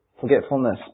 forgetfulness